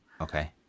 Okay